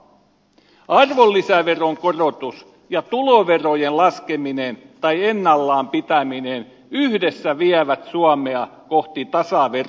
sen sijaan arvonlisäveron korotus ja tuloverojen laskeminen tai ennallaan pitäminen yhdessä vievät suomea kohti tasaverotusta